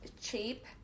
cheap